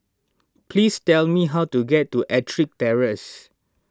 please tell me how to get to Ettrick Terrace